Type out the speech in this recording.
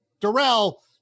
Darrell